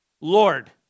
Lord